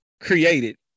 created